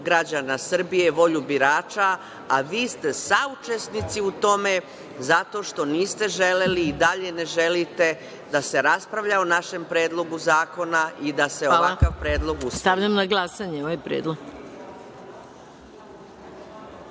građana Srbije, volju birača, a vi ste saučesnici u tome, zato što niste želeli i dalje ne želite da se raspravlja o našem predlogu zakona i da se ovakav predlog usvoji.